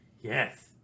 Yes